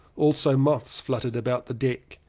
also moths flut tered about the deck.